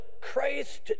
Christ